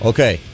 Okay